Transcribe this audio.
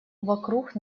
вокруг